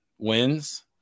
Wins